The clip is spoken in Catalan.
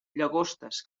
llagostes